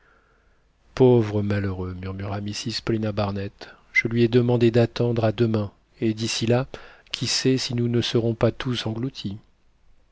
pauvre malheureux murmura mrs paulina barnett je lui ai demandé d'attendre à demain et d'ici là qui sait si nous ne serons pas tous engloutis